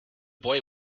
boy